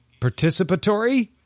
participatory